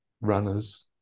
runners